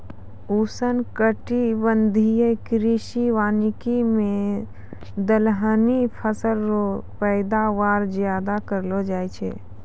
उष्णकटिबंधीय कृषि वानिकी मे दलहनी फसल रो पैदावार ज्यादा करलो जाय छै